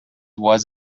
was